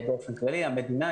המדינה,